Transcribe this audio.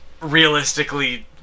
realistically